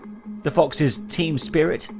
the foxes' team spirit,